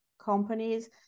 companies